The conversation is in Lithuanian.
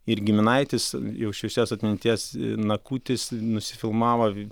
ir giminaitis jau šviesios atminties nakutis nusifilmavo